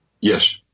Yes